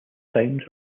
times